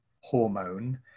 hormone